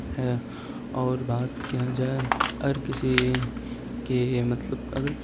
ہے اور بات کیا جائے اگر کسی کی مطلب اگر